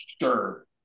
sure